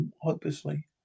hopelessly